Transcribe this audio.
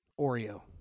Oreo